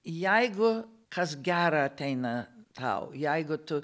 jeigu kas gera ateina tau jeigu tu